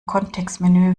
kontextmenü